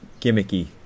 gimmicky